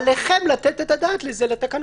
עליכם לתת את הדעת לזה בתקנות.